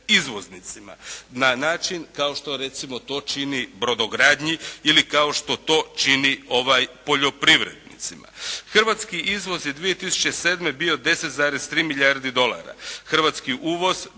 izvoznicima na način kao što recimo to čini brodogradnji ili kao što to čini poljoprivrednicima. Hrvatski izvoz je 2007. bio 10,3 milijarde dolara, hrvatski uvoz